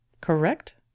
Correct